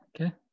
Okay